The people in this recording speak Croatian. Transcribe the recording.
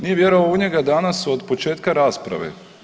Nije vjerovao u njega danas od početka rasprave.